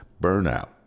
burnout